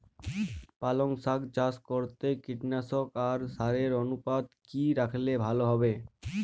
পালং শাক চাষ করতে কীটনাশক আর সারের অনুপাত কি রাখলে ভালো হবে?